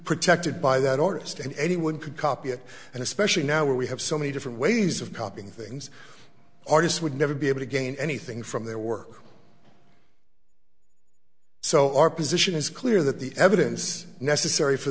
protected by that artist and anyone could copy it and especially now where we have so many different ways of copying things artists would never be able to gain anything from their work so our position is clear that the evidence necessary for